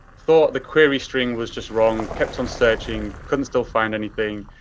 thought the query string was just wrong. kept on searching. couldn't still find anything.